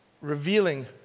revealing